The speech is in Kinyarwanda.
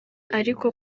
ariko